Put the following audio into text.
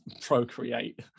procreate